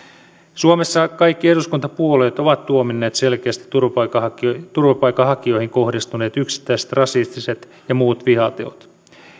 suomessa kaikki eduskuntapuolueet ovat tuominneet selkeästi turvapaikanhakijoihin kohdistuneet yksittäiset rasistiset ja muut vihateot